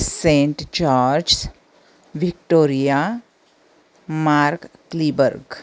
Saint George Victoria Markkleeberg